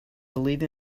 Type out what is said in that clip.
believe